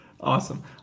Awesome